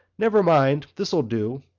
never mind, this'll do,